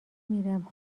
میرم